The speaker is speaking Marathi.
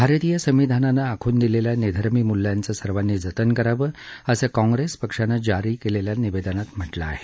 भारतीय संविधानानं आखून दिलेल्या निधर्मी मूल्यांचं सर्वानी जतन करावं असं काँप्रेस पक्षानं जारी केलेल्या निवेदनात म्हटलं आहे